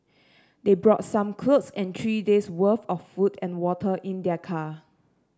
they brought some clothes and three days' worth of food and water in their car